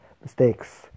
mistakes